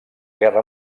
guerra